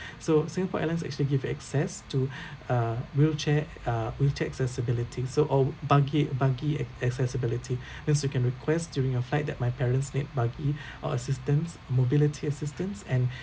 so Singapore Airlines actually give access to uh wheelchair uh wheelchair accessibility so or buggy buggy ac~ accessibility means you can request during a fight that my parents need buggy or assistance mobility assistance and